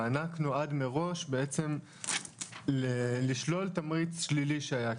המענק נועד מראש בעצם לשלול תמריץ שלילי שהיה.